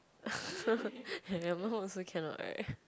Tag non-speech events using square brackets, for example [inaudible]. [laughs] I never hold also cannot right